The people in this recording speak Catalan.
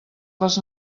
les